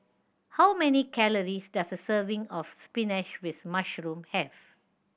how many calories does a serving of spinach with mushroom have